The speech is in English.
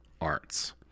arts